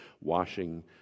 washing